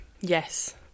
Yes